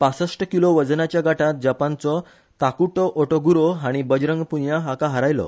पासष्ट किलो वजनाच्या गटांत जपानचो ताकुटो ओटोगुरो हाणी बजरंग पुनिया हाका हारायलो